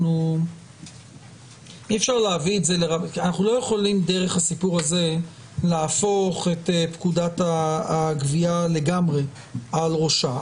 אנחנו לא יכולים דרך הסיפור הזה להפוך את פקודת הגבייה לגמרי על ראשה.